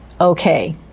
okay